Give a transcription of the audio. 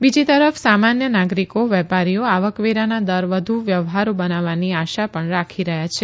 બીજી તરફ સામાન્ય નાગરીકો વેપારીઓ આવકવેરાના દર વધુ વ્યવહારૂ બનવાની આશા પણ રાખી રહ્યાં છે